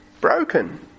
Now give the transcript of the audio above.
broken